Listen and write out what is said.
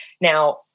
Now